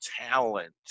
talent